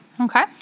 Okay